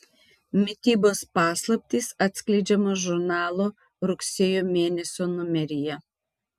mitybos paslaptys atskleidžiamos žurnalo rugsėjo mėnesio numeryje